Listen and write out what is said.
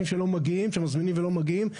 אנשים שמזמינים ולא מגיעים,